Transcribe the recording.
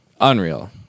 unreal